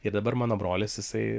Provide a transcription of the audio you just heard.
ir dabar mano brolis jisai